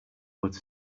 but